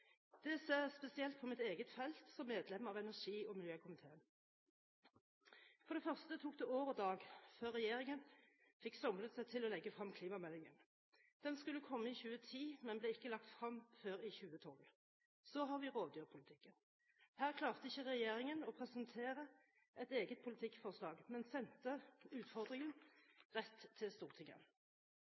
Det ser jeg spesielt på mitt eget felt som medlem av energi- og miljøkomiteen. For det første tok det år og dag før regjeringen fikk somlet seg til å legge frem klimameldingen. Den skulle ha kommet i 2010, men ble ikke lagt frem før i 2012. Så har vi rovdyrpolitikken. Her klarte ikke regjeringen å presentere et eget politikkforslag, men sendte utfordringen rett til Stortinget.